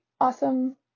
awesome